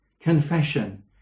Confession